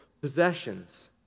possessions